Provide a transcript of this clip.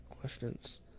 questions